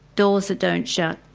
doors that don't shut,